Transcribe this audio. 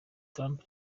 trump